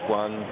one